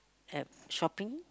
at shopping